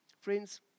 Friends